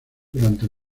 durante